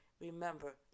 Remember